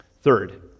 Third